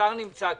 השר נמצא כאן.